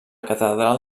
catedral